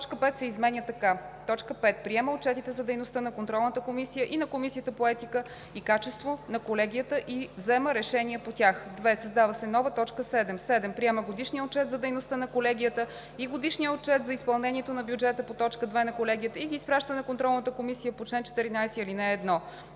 Точка 5 се изменя така: „5. приема отчетите за дейността на контролната комисия и на комисията по етика и качество на колегията и взема решения по тях;“ 2. Създава се нова т. 7: „7. приема годишния отчет за дейността на колегията и годишния отчет за изпълнението на бюджета по т. 2 на колегията и ги изпраща на контролната комисия по чл. 14, ал. 1;“ 3.